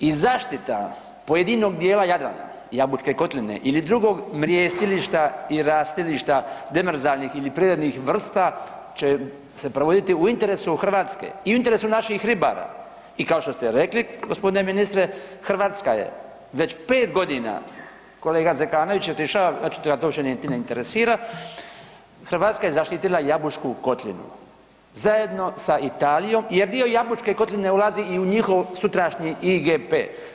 I zaštita pojedinog dijela Jadrana i Jabučke kotline ili drugog mrjestilišta i rastilišta demerzalnih ili prirodnih vrsta će se provoditi u interesu Hrvatske i u interesu naših ribara i kao što ste rekli g. ministre Hrvatska je već 5.g., kolega Zekanović je otišao znači da ga to uopće niti ne interesira, Hrvatska je zaštitila Jabučku kotlinu zajedno sa Italijom jer dio Jabučke kotline ulazi i u njihov sutrašnji IGP.